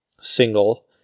single